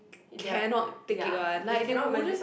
cannot take it one like they wouldn't